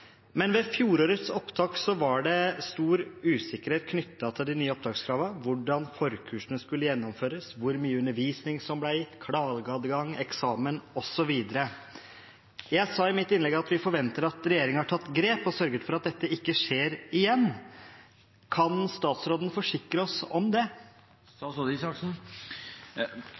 Men ved fjorårets opptak var det stor usikkerhet knyttet til de nye opptakskravene – hvordan forkursene skulle gjennomføres, hvor mye undervisning som ble gitt, klageadgang, eksamen osv. Jeg sa i mitt innlegg at vi forventer at regjeringen har tatt grep og har sørget for at dette ikke skjer igjen. Kan statsråden forsikre oss om det?